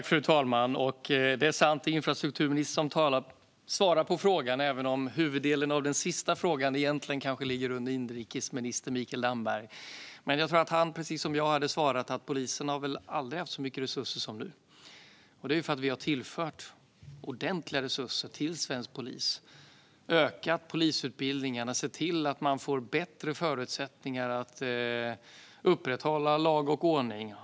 Fru talman! Det är infrastrukturministern som ska svara, även om huvuddelen av den sista frågan kanske egentligen sorterar under inrikesministern. Jag tror att Mikael Damberg hade svarat precis som jag: Polisen har väl aldrig haft så mycket resurser som nu. Det är för att vi har tillfört ordentliga resurser till svensk polis, utökat polisutbildningarna och sett till att man får bättre förutsättningar att upprätthålla lag och ordning.